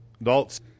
Adults